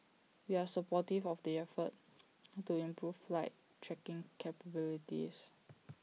we are supportive of the efforts how to improve flight tracking capabilities